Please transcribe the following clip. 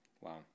Wow